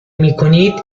میکنید